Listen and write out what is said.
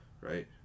right